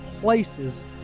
places